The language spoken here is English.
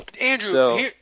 Andrew